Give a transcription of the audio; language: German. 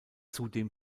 zudem